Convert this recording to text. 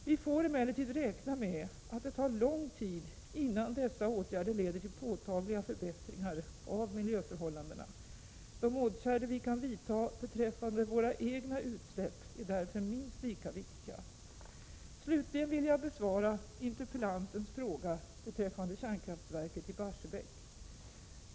Vi får emellertid räkna med att det tar lång tid innan dessa åtgärder leder till påtagliga förbättringar av miljöförhållandena. De åtgärder vi kan vidta beträffande våra egna utsläpp är därför minst lika viktiga. Slutligen vill jag besvara interpellantens fråga beträffande kärnkraftverket i Barsebäck.